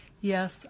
Yes